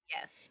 yes